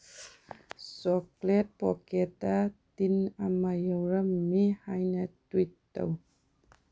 chocolate ꯄꯣꯀꯦꯠꯇ tin ꯑꯃ ꯌꯥꯎꯔꯝꯃꯤ ꯍꯥꯏꯅ ꯇ꯭ꯋꯤꯠ ꯇꯧ